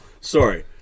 Sorry